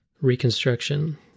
reconstruction